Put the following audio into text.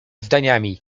zdaniami